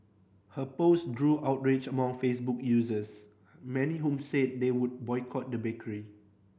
her post drew outrage among Facebook users many whom said they would boycott the bakery